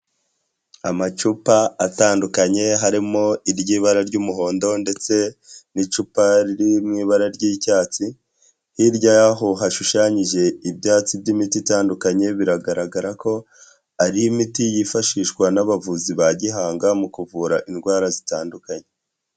Amacupa atandukanye, harimo iry'ibara ry'umuhondo, ndetse n'icupa riri mu ibara ry'icyatsi, hirya y'aho hashushanyije ibyatsi by'imiti itandukanye, biragaragara ko ari imiti yifashishwa n'abavuzi ba Gihanga mu kuvura indwara zitandukanye.